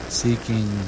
seeking